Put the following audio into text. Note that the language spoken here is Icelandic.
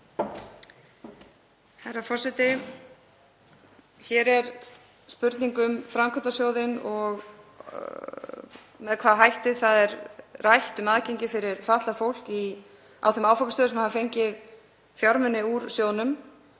Herra forseti. Hér er spurning um framkvæmdasjóðinn og með hvaða hætti það er rætt um aðgengi fyrir fatlað fólk á þeim áfangastöðum sem hafa fengið fjármuni úr sjóðnum.